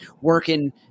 working